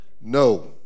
No